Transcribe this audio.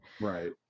Right